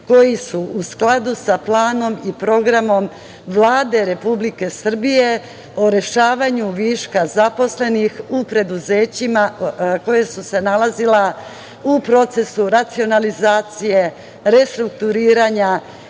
koji su u skladu sa planom i programom Vlade Republike Srbije o rešavanju viška zaposlenih u preduzećima koja su se nalazila u procesu racionalizacije, restrukturiranja